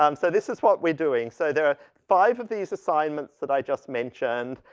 um so this is what we're doing. so there are five of these assignments that i just mentioned.